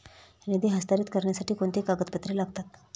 निधी हस्तांतरित करण्यासाठी कोणती कागदपत्रे लागतात?